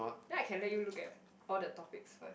then I can let you look at all the topics first